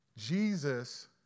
Jesus